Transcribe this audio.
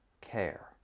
care